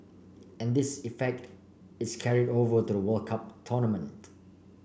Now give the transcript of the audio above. and this effect is carried over to the World Cup tournament